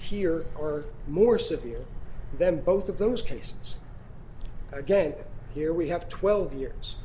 here or more severe then both of those cases again here we have twelve years